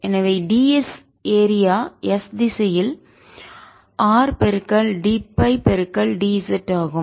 எனவே ds area s திசையில் R dΦ d z ஆகும்